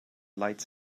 lights